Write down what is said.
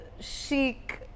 chic